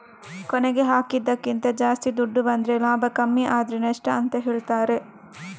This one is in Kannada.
ಕೊನೆಗೆ ಹಾಕಿದ್ದಕ್ಕಿಂತ ಜಾಸ್ತಿ ದುಡ್ಡು ಬಂದ್ರೆ ಲಾಭ ಕಮ್ಮಿ ಆದ್ರೆ ನಷ್ಟ ಅಂತ ಹೇಳ್ತಾರೆ